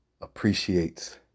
appreciates